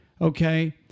okay